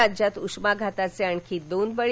राज्यात उष्माघाताचे आणखी दोन बळी